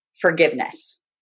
Forgiveness